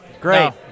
Great